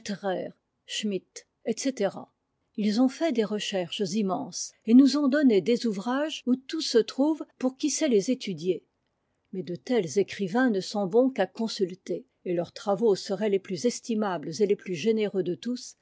schmidt etc ils ont fait des recherches immenses et nous ont donné des ouvrages où tout se trouve pour qui sait les étudier mais de tels écrivains ne sont bons qu'à consulter et leurs travaux seraient les plus estimables et les plus généreux de tous